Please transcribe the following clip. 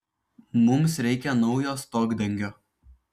mums reikia naujo stogdengio